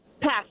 Pass